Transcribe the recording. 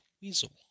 Weasel